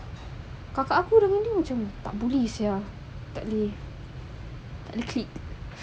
kakak aku lebih macam tak boleh sia tadi